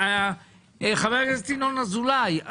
חבר הכנסת ינון אזולאי,